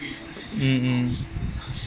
mmhmm